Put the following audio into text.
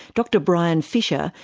dr brian fisher,